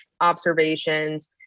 observations